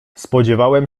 spodziewałem